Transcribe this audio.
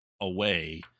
away